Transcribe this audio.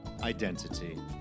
identity